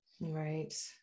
Right